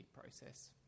process